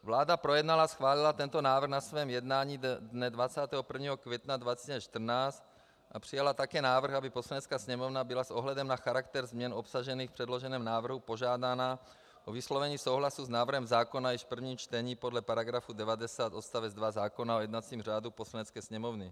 Vláda projednala a schválila tento návrh na svém jednání dne 21. května 2014 a přijala také návrh, aby Poslanecká sněmovna byla s ohledem na charakter změn obsažených v předloženém návrhu požádána o vyslovení souhlasu s návrhem zákona již v prvním čtení podle § 90 odst. 2 zákona o jednacím řádu Poslanecké sněmovny.